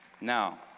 Now